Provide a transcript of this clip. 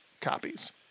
copies